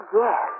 yes